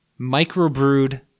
microbrewed